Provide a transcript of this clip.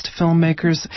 filmmakers